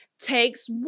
takes